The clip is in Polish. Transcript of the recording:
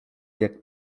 jak